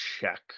check